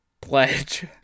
pledge